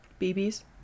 BBs